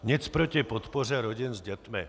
Nic proti podpoře rodin s dětmi.